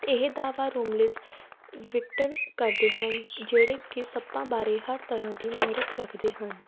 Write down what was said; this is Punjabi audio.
ਇਹ ਦਾਅਵਾ ਰੁਮਲੇਸ ਵਿਕਟਰ ਕਰਦੇ ਹਨ ਜਿਹੜੇ ਕਿ ਸੱਪਾਂ ਬਾਰੇ ਹਰ ਤਰ੍ਹਾਂ ਦੀ ਮੁਹਾਰਤ ਰੱਖਦੇ ਹਨ